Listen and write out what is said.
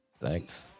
Thanks